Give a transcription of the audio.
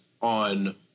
on